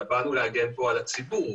אלא באנו להגן פה על הציבור.